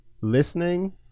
Listening